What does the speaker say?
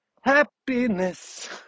happiness